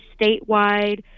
statewide